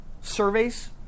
surveys